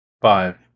Five